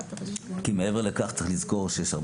כי מעבר לכך צריך לזכור שיש מעבר לארגונים,